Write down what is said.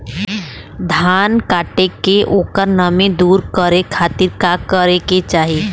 धान कांटेके ओकर नमी दूर करे खाती का करे के चाही?